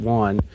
one